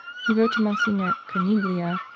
he wrote to monsignor carniglia,